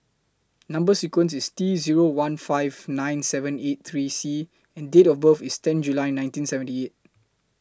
Number sequence IS T Zero one five nine seven eight three C and Date of birth IS ten July nineteen seventy eight